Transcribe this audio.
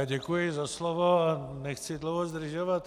Děkuji za slovo a nechci dlouho zdržovat.